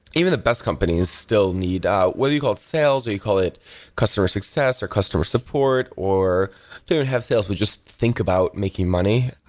even the best companies still need ah whether you call it sales or you call it customer success or customer support, or you don't have sales, but just think about making money.